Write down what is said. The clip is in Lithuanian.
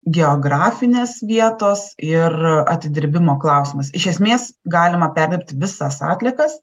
geografinės vietos ir atidirbimo klausimas iš esmės galima perdirbti visas atliekas